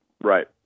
Right